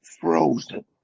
frozen